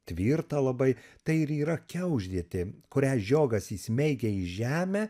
tvirtą labai tai ir yra kiaušdėtė kurią žiogas įsmeigia į žemę